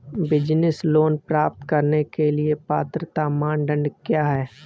Business loan प्राप्त करने के लिए पात्रता मानदंड क्या हैं?